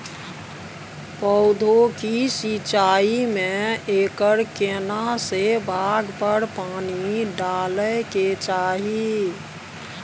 पौधों की सिंचाई में एकर केना से भाग पर पानी डालय के चाही?